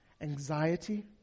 anxiety